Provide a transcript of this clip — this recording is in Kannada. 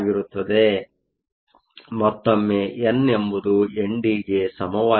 ಆದ್ದರಿಂದ ಮತ್ತೊಮ್ಮೆ ಎನ್ ಎಂಬುದು ಎನ್ ಡಿಗೆ ಸಮವಾಗಿರುತ್ತದೆ